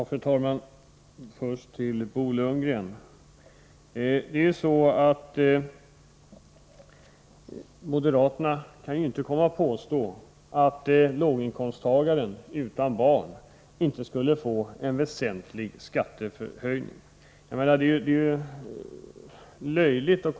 Fru talman! Först till Bo Lundgren: Moderaterna kan inte påstå att en låginkomsttagare utan barn inte skulle få en väsentlig skattehöjning — det är löjligt.